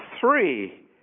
three